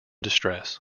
distress